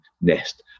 nest